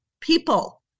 people